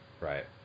Right